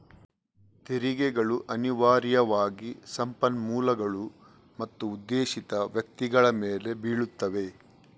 ತೆರಿಗೆಗಳು ಅನಿವಾರ್ಯವಾಗಿ ಸಂಪನ್ಮೂಲಗಳು ಮತ್ತು ಉದ್ದೇಶಿತ ವ್ಯಕ್ತಿಗಳ ಮೇಲೆ ಬೀಳುತ್ತವೆ